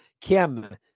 Kim